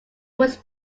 was